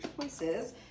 choices